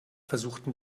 versuchten